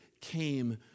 came